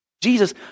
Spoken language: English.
Jesus